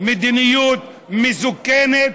מדיניות מסוכנת,